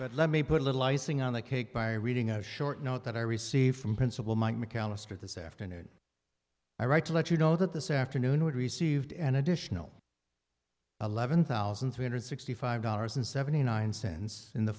icing on the cake by reading a short note that i received from principal mike mcallister this afternoon i write to let you know that this afternoon we received an additional eleven thousand three hundred sixty five dollars and seventy nine cents in the